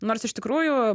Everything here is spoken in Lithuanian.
nors iš tikrųjų